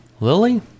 Lily